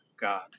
God